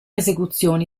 esecuzioni